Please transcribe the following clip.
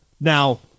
Now